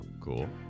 Cool